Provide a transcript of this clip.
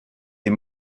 des